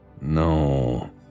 No